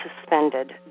suspended